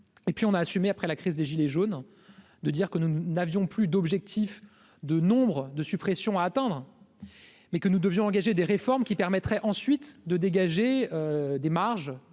et puis on a assumé après la crise des gilets jaunes de dire que nous n'avions plus d'objectif de nombre de suppressions à attendre, mais que nous devions engager des réformes qui permettrait ensuite de dégager des marges